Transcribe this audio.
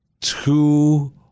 two